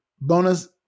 bonus